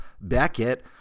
Beckett